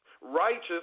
Righteous